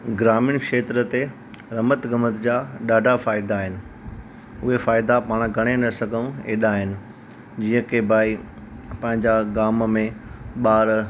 ग्रामीण खेत्र ते रमत गमत जा ॾाढा फ़ाइदा आहिनि उहे फ़ाइदा पाण घणे ना सघूं अहिड़ा आहिनि जीअं की भाई पंहिंजा गाव में ॿार